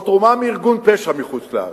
או תרומה מארגון פשע מחוץ-לארץ,